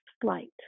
flight